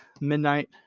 midnight